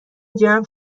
جمع